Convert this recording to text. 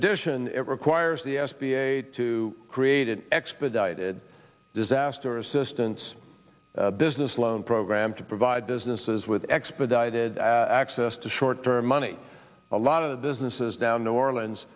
addition it requires the s b a to create an expedited disaster assistance business loan program to provide businesses with expedited access to short term money a lot of the businesses down new orleans